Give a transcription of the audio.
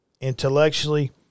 intellectually